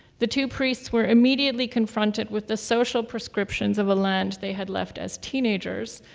the two priests were immediately confronted with the social prescriptions of a land they had left as teenagers,